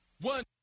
one